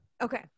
Okay